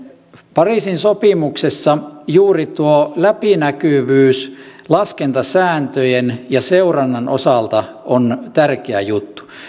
pariisin sopimuksessa juuri tuo läpinäkyvyys laskentasääntöjen ja seurannan osalta on tärkeä juttu